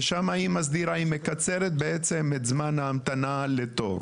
ושם היא מקצרת את זמן ההמתנה לתור.